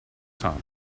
sap